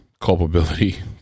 culpability